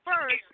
First